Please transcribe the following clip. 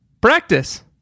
Practice